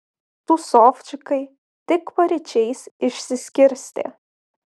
tūsovčikai tik paryčiais išsiskirstė